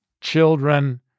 children